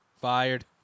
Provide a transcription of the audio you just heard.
fired